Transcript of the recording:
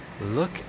look